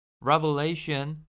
Revelation